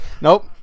Nope